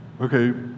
okay